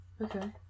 Okay